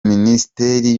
minisiteri